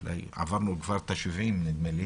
עברנו כבר את ה-70, נדמה לי.